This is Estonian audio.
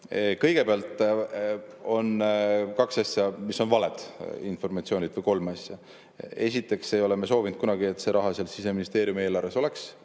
Kõigepealt on kaks asja, mis on vale informatsioon, või kolm asja. Esiteks ei ole me kunagi soovinud, et see raha Siseministeeriumi eelarves oleks,